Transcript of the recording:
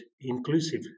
inclusive